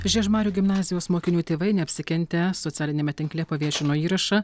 žiežmarių gimnazijos mokinių tėvai neapsikentę socialiniame tinkle paviešino įrašą